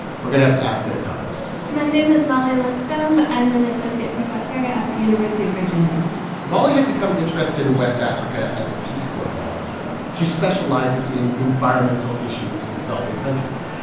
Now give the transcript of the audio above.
we're going to have to ask an economist my name is molly lipscomb. i'm an associate professor at the university of virginia molly had become interested in west africa as a peace corps volunteer. she specializes in environmental issues in developing countries.